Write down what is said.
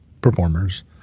performers